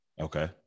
Okay